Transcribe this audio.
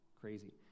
crazy